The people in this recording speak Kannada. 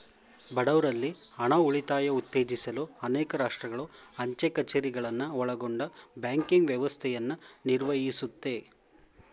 ಬಡವ್ರಲ್ಲಿ ಹಣ ಉಳಿತಾಯ ಉತ್ತೇಜಿಸಲು ಅನೇಕ ರಾಷ್ಟ್ರಗಳು ಅಂಚೆ ಕಛೇರಿಗಳನ್ನ ಒಳಗೊಂಡ ಬ್ಯಾಂಕಿಂಗ್ ವ್ಯವಸ್ಥೆಯನ್ನ ನಿರ್ವಹಿಸುತ್ತೆ